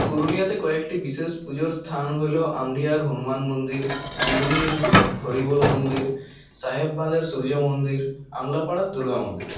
পুরুলিয়াতে কয়েকটি বিশেষ পুজোর স্থান হলো আমডিহার হনুমান মন্দির দুলমীর হরিবোল মন্দির সাহেব বাঁধের সূর্য মন্দির আমলাপাড়ার দুর্গামন্দির